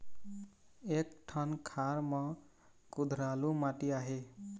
एक ठन खार म कुधरालू माटी आहे?